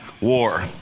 war